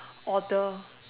order